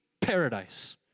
paradise